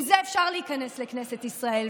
עם זה אפשר להיכנס לכנסת ישראל.